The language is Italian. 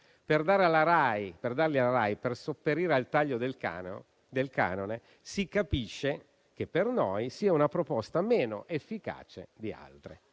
per darli alla Rai al fine di sopperire al taglio del canone, si capisce che per noi sia una proposta meno efficace di altre.